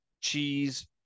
cheese